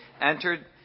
entered